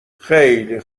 خیلی